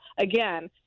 again